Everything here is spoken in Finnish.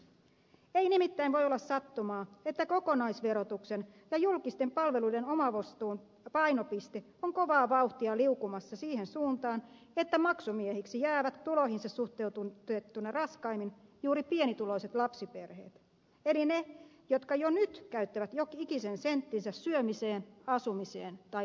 ei nimittäin voi olla sattumaa että kokonaisverotuksen ja julkisten palveluiden omavastuun painopiste on kovaa vauhtia liukumassa siihen suuntaan että maksumiehiksi jäävät tuloihinsa suhteutettuina raskaimmin juuri pienituloiset lapsiperheet eli ne jotka jo nyt käyttävät jokikisen senttinsä syömiseen asumiseen tai palveluihin